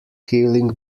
healing